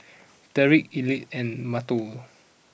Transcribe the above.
Tyrik Ethelyn and Mateo